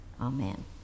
Amen